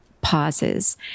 pauses